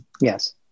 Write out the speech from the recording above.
Yes